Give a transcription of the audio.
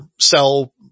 sell